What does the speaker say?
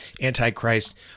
Antichrist